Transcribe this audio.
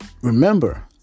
remember